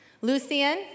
Lucian